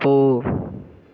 போ